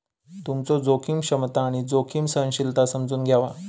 तुमचो जोखीम क्षमता आणि जोखीम सहनशीलता समजून घ्यावा